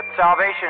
salvation